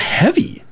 heavy